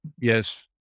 Yes